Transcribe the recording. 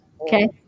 Okay